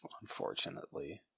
Unfortunately